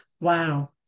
wow